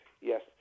yes